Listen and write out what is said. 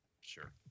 Sure